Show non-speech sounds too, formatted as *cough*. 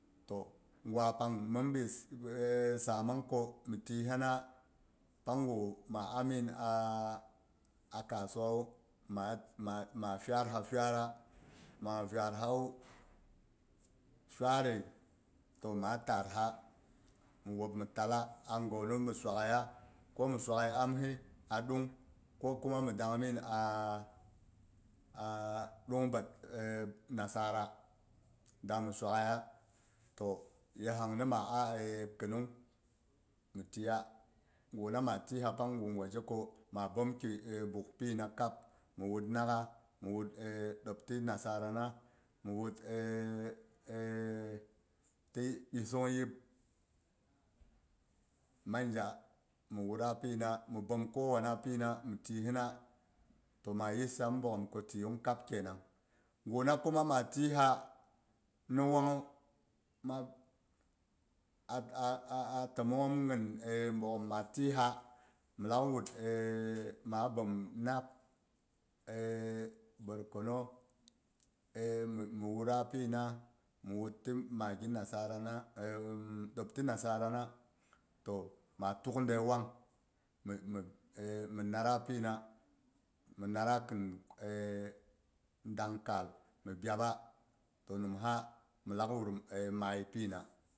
To gwa pang min bi *hesitation* sammang ko mi tiyi sini pang gu ma amin *hesitation* kasuwawu ma fiyad ha fiyada ma fiyad hawu, fiyadai to ma taadha mi wuop mi talla a gonu mu wakhaiya ko mi swakhai amsi a ɗung ko mi dang min a a ɗung *hesitation* *unintelligible* nasara da mi swaghaih a to ye hang mi ma a *hesitation* khinung mi tiya gu na ma tiyisa pang gu gwa jeko ma bom ki buug pina kab, mu wun naakha, *hesitation* ɗebti nasara na mi wur *hesitation* ti ɓisung yip manja mi wura pina mi bom kowan pina mi tiyi hina to ma yi mhi bogghom ku tiyung kab kenang kuma ma tiyiba mi wanghu ma *hesitation* mongkom hin bogghom ma tiyi ha mi la wut *hesitation* ma a bom nak *hesitation* borkono *hesitation* mi wura pina, mi wut ti mah nasara *hesitation* ɗebti nasara na ma tuk de wang mhi *hesitation* nara pinu mi nara khin *hesitation* daang kal mi biyu ba, to nimha mhi lak wur maiy pina